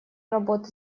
работы